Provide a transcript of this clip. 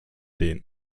dänen